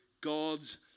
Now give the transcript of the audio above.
God's